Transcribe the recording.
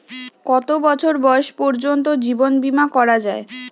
কত বছর বয়স পর্জন্ত জীবন বিমা করা য়ায়?